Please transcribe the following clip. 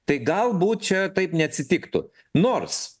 tai galbūt čia taip neatsitiktų nors